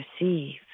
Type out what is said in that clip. receive